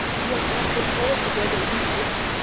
you have not been altogether useless,